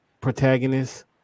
protagonist